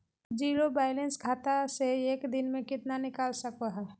Zero balance खाता से एक दिन में कितना निकाल सको है?